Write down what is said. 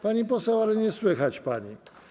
Pani poseł, ale nie słychać pani.